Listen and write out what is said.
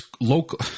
local